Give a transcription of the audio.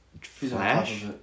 flash